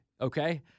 okay